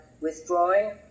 withdrawing